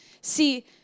see